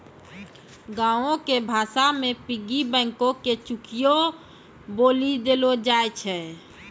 गांवो के भाषा मे पिग्गी बैंको के चुकियो बोलि देलो जाय छै